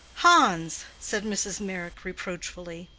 hans! said mrs. meyrick, reproachfully.